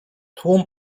tłum